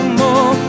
more